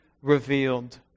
revealed